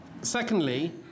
Secondly